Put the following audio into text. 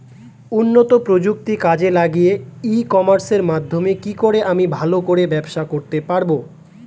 উন্নত প্রযুক্তি কাজে লাগিয়ে ই কমার্সের মাধ্যমে কি করে আমি ভালো করে ব্যবসা করতে পারব?